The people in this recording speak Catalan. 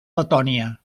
letònia